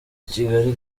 kigali